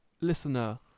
listener